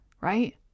Right